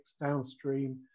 downstream